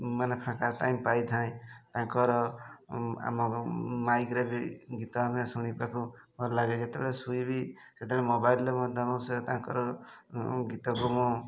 ମାନେ ଫାଙ୍କା ଟାଇମ୍ ପାଇଥାଏଁ ତାଙ୍କର ଆମ ମାଇକରେ ବି ଗୀତ ଆମେ ଶୁଣିବାକୁ ଭଲ ଲାଗେ ଯେତେବେଳେ ଶୋଇବି ସେତେବେଳେ ମୋବାଇଲରେ ମଧ୍ୟ ସେ ତାଙ୍କର ଗୀତକୁ ମୁଁ